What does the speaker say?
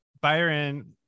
Byron